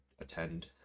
attend